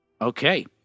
Okay